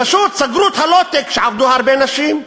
פשוט סגרו את ה-low-tech שעבדו בו הרבה נשים.